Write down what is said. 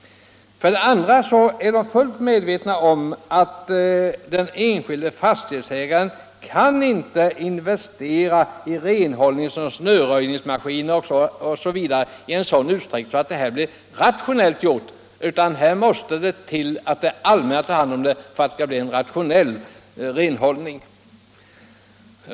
För det andra är utskottet fullt medvetet om att den enskilde fastighetsägaren inte kan investera i renhållningsoch snöröjningsmaskiner osv. i sådan utsträckning att arbetet blir rationellt gjort, utan det fordras att det allmänna tar hand om renhållningsarbetet för att det skall bli rationellt.